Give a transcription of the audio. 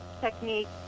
Technique